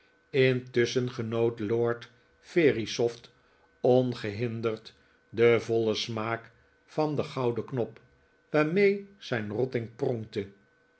intusschen genoot lord verisopht ongehinderd den vollen smaak van den gouden knop waarmee zijn rotting pronkte